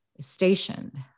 stationed